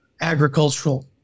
agricultural